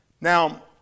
Now